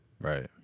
Right